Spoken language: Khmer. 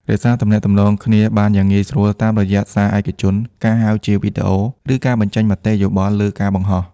រក្សាទំនាក់ទំនងគ្នាបានយ៉ាងងាយស្រួល តាមរយៈសារឯកជន ការហៅជាវីដេអូ ឬការបញ្ចេញមតិយោបល់លើការបង្ហោះ។